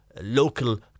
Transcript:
local